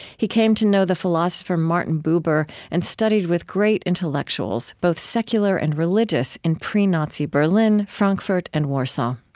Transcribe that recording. he came to know the philosopher martin buber and studied with great intellectuals, both secular and religious, in pre-nazi berlin, frankfurt, and warsaw.